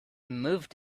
moved